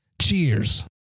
Cheers